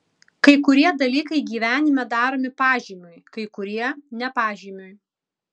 kai kurie dalykai gyvenime daromi pažymiui kai kurie ne pažymiui